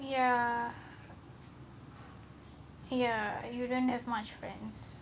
ya ya you don't have much friends